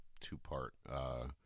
two-part